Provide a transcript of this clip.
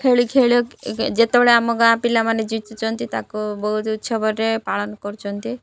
ଖେଳି ଖେଳି ଯେତେବେଳେ ଆମ ଗାଁ ପିଲାମାନେ ଜିଚୁଛନ୍ତି ତାକୁ ବହୁତ ଉତ୍ସବରେ ପାଳନ କରୁଛନ୍ତି